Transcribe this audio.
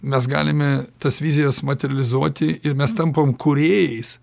mes galime tas vizijas materializuoti ir mes tampam kūrėjais